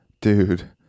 Dude